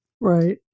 Right